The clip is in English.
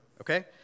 okay